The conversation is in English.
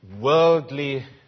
worldly